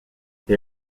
they